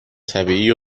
طبیعی